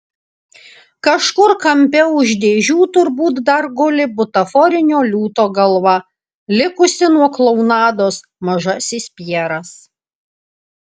kažkur kampe už dėžių turbūt dar guli butaforinio liūto galva likusi nuo klounados mažasis pjeras